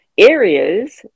areas